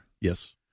Yes